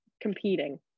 competing